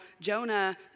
Jonah